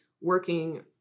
working